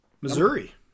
Missouri